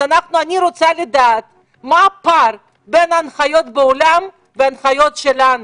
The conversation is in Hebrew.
אני רוצה לדעת מה הפער בין ההנחיות בעולם לבין ההנחיות שלנו,